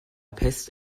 peste